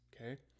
okay